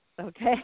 okay